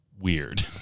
weird